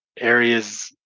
areas